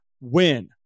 win